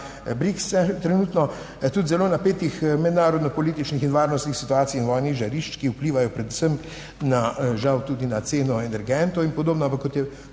Briksa, trenutno tudi zelo napetih mednarodno političnih in varnostnih situacij in vojnih žarišč, ki vplivajo predvsem na žal tudi na ceno energentov in podobno. Ampak